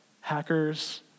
hackers